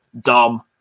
dumb